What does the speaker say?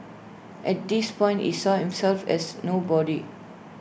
at this point he saw himself as nobody